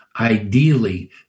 Ideally